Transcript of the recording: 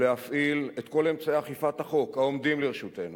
ולהפעיל את כל אמצעי אכיפת החוק העומדים לרשותנו,